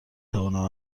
توانم